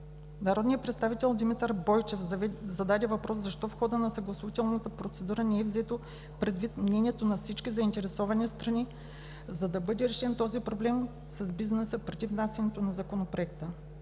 Народният представител Димитър Бойчев зададе въпрос: „Защо в хода на съгласувателната процедура не е взето предвид мнението на всички заинтересовани страни, за да бъде решен този проблем с бизнеса преди внасянето на Законопроекта?“